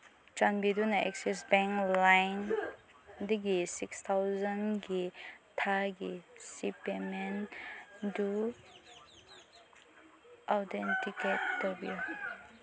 ꯆꯥꯟꯕꯤꯗꯨꯅ Axis bank ꯂꯥꯏꯝꯗꯒꯤ six ꯊꯥꯎꯖꯟꯒꯤ ꯊꯥꯒꯤ ꯁꯤꯞ ꯄꯦꯃꯦꯟ ꯑꯗꯨ ꯑꯣꯊꯦꯟꯇꯤꯀꯦꯠ ꯇꯧꯕꯤꯌꯨ